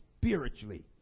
spiritually